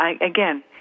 again